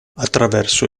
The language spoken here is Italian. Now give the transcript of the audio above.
attraverso